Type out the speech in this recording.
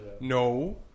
No